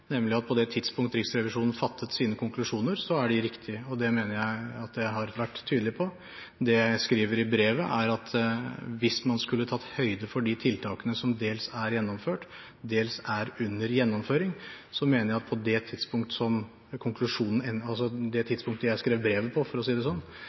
nemlig at på det tidspunkt Riksrevisjonen fattet sine konklusjoner, er de riktige. Det mener jeg at jeg har vært tydelig på. Det jeg skriver i brevet, er at hvis man skulle tatt høyde for de tiltakene som dels er gjennomført, dels er under gjennomføring, mener jeg at på det tidspunkt jeg skrev brevet, for å si det slik, var beredskapen bedre enn det som kom til uttrykk i konklusjonen til Riksrevisjonen. Det